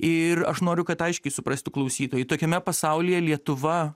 ir aš noriu kad aiškiai suprastų klausytojai tokiame pasaulyje lietuva